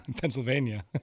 Pennsylvania